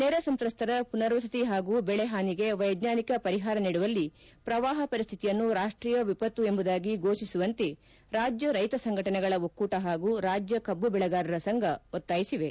ನೆರೆ ಸಂತ್ರಸ್ತರ ಮನರ್ ವಸತಿ ಹಾಗೂ ಬೆಳೆಹಾನಿಗೆ ವೈಜ್ಞಾನಿಕ ಪರಿಹಾರ ನೀಡುವಲ್ಲಿ ಪ್ರವಾಪ ಪರಿಶ್ಥಿತಿಯನ್ನು ರಾಷ್ಟೀಯ ವಿಪತ್ತು ಎಂಬುದಾಗಿ ಘೋಷಿಸುವಂತೆ ರಾಜ್ಯ ರೈತ ಸಂಘಟನೆಗಳ ಒಕ್ಕೂಟ ಹಾಗೂ ರಾಜ್ಯ ಕಬ್ಬು ಬೆಳೆಗಾರರ ಸಂಘ ಒತ್ತಾಯಿಸಿವೆ